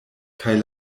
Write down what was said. kaj